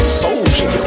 soldier